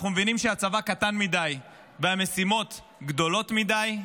אנחנו מבינים שהצבא קטן מדי והמשימות גדולות מדי,